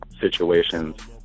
situations